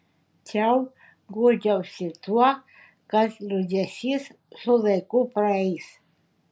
čiau guodžiausi tuo kad liūdesys su laiku praeis